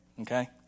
okay